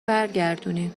برگردونی